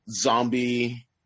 zombie